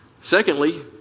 Secondly